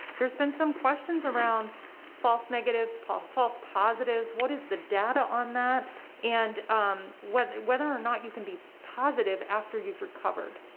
there's been some questions around false negatives false false positives, what is the data on that and um whether whether or not you can be positive after you've recovered.